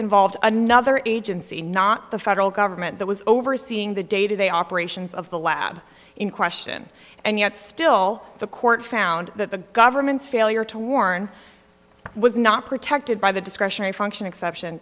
involved another agency not the federal government that was overseeing the day to day operations of the lab in question and yet still the court found that the government's failure to warn was not protected by the discretionary function exception